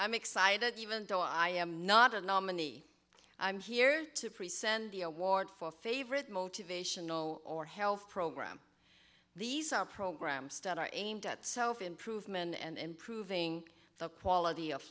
i'm excited even though i am not a nominee i'm here to priests and the award for favorite motivational or health program these are programs that are aimed at self improvement and improving the quality of